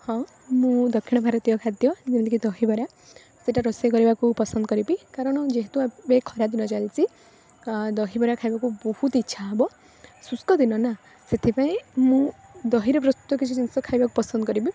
ହଁ ମୁଁ ଦକ୍ଷିଣଭାରତୀୟ ଖାଦ୍ୟ ଯେମିତିକି ଦହିବରା ସେଇଟା ରୋଷେଇ କରିବାକୁ ପସନ୍ଦ କରିବି କାରଣ ଯେହେତୁ ଏବେ ଖରାଦିନ ଚାଲିଛି ଦହିବରା ଖାଇବାକୁ ବହୁତ ଇଚ୍ଛା ହେବ ଶୁଷ୍କ ଦିନ ନା ସେଥିପାଇଁ ମୁଁ ଦହିରେ ପ୍ରସ୍ତୁତ କିଛି ଜିନିଷ ଖାଇବାକୁ ପସନ୍ଦ କରିବି